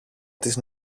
της